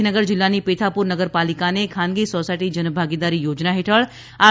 ગાંધીનગર જિલ્લાની પેથાપુર નગરપાલિકાને ખાનગી સોસાયટી જનભાગીદારી યોજના હેઠળ આર